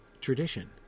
tradition